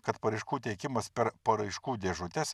kad paraiškų teikimas per paraiškų dėžutes